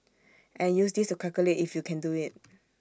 and use this to calculate if you can do IT